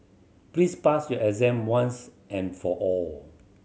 please pass your exam once and for all